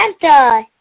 Santa